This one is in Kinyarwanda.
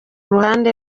ruhande